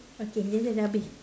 okay yes yes habis